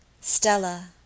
STELLA